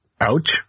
ouch